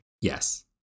Yes